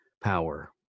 power